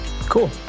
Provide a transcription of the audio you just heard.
Cool